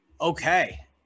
Okay